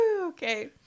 Okay